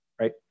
Right